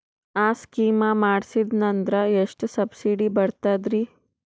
ಆ ಸ್ಕೀಮ ಮಾಡ್ಸೀದ್ನಂದರ ಎಷ್ಟ ಸಬ್ಸಿಡಿ ಬರ್ತಾದ್ರೀ?